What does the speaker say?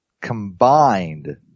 combined